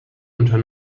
unter